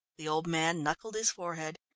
the old man knuckled his forehead.